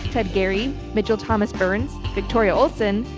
ted gary mitchell, thomas burns, victoria olsen,